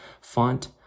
font